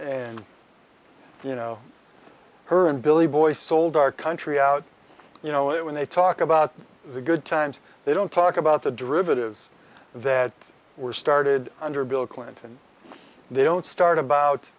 whole you know her and billy boy sold our country out you know it when they talk about the good times they don't talk about the derivatives that were started under bill clinton they don't start about